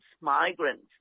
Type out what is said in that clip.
migrants